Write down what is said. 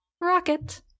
rocket